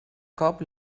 cop